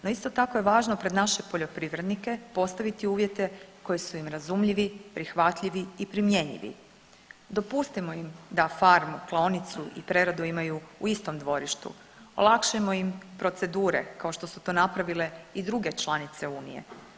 No isto tako je važno pred naše poljoprivrednike postaviti uvjete koji su im razumljivi, prihvatljivi i primjenjivi, dopustimo im da farmu, klaonicu i preradu imaju u istom dvorištu, olakšajmo im procedure kao što su to napravile i druge članice unije.